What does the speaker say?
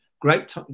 great